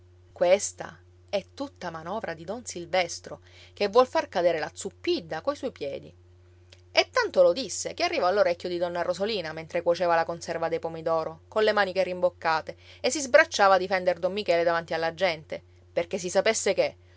questa è tutta manovra di don silvestro che vuol far cadere la zuppidda coi suoi piedi e tanto lo disse che arrivò all'orecchio di donna rosolina mentre cuoceva la conserva dei pomidoro colle maniche rimboccate e si sbracciava a difender don michele davanti alla gente perché si sapesse che